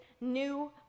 new